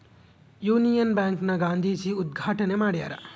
Union bank ನ ಗಾಂಧೀಜಿ ಉದ್ಗಾಟಣೆ ಮಾಡ್ಯರ